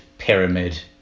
Pyramid